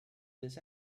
this